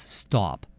stop